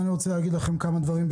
ואני רוצה להגיד כמה דברים.